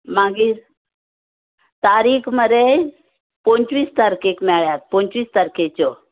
मागीर तारीक मरे पंचवीस तारकेक मेळ्यात पंचवीस तारकेच्यो